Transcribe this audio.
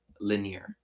linear